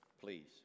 please